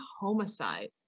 homicide